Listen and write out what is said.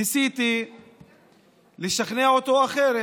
ניסיתי לשכנע אותו אחרת.